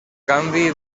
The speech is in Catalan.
canvi